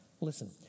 Listen